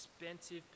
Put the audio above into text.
expensive